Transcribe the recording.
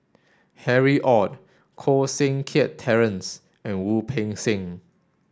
Harry Ord Koh Seng Kiat Terence and Wu Peng Seng